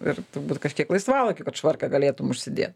ir turbūt kažkiek laisvalaikiui kad švarką galėtum užsidėt